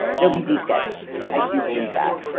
it'll be descheduled. i do believe that.